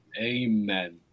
Amen